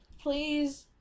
please